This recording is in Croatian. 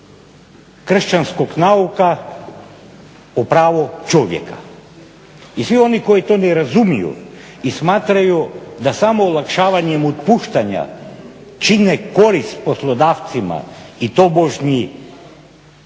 kršćanskog nauka o pravu čovjeka. I svi oni koji to ne razumiju i smatraju da samo olakšavanjem otpuštanja čine korist poslodavcima i tobožnje